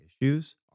issues